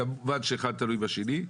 כמובן שאחד תלוי בשני.